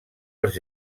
els